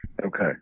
Okay